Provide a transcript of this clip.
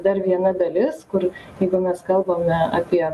dar viena dalis kur jeigu mes kalbame apie